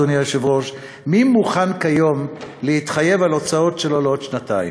אדוני היושב-ראש: מי מוכן כיום להתחייב על ההוצאות שלו לעוד שנתיים?